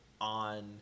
on